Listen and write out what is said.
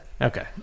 Okay